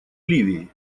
ливии